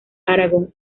aragón